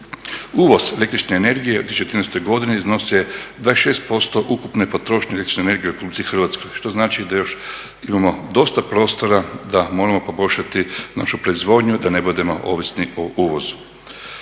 Uvoz električne energije u 2013. godini iznosio je 26% ukupne potrošnje električne energije u RH, što znači da još imamo dosta prostora da moramo poboljšati našu proizvodnju da ne budemo ovisni o uvozu.